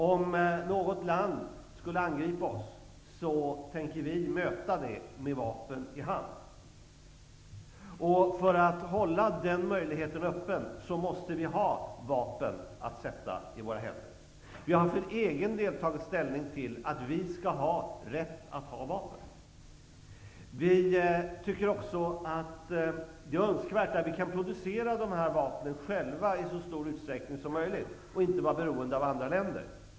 Om något land skulle angripa oss tänker vi möta det angreppet med vapen i hand. För att hålla den möjligheten öppen måste vi ha vapen. Vi har för egen del tagit ställning för att vi skall ha rätt att ha vapen. Vi tycker också att det är önskvärt att vi i så stor utsträckning som möjligt själva kan producera dessa vapen och inte behöver vara beroende av andra länder.